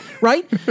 Right